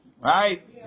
Right